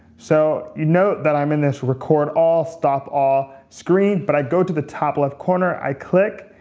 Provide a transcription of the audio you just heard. so you note that i'm in this record all, stop all, screen, but i go to the top left corner, i click,